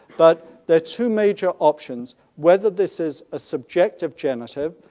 but there are two major options, whether this is a subjective genitive,